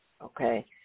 okay